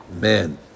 man